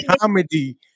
comedy